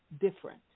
different